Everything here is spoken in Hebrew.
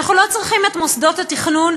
אנחנו לא צריכים את מוסדות התכנון,